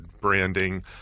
branding